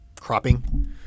cropping